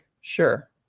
Sure